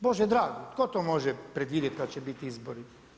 Bože dragi tko to može predvidjeti kad će biti izbori.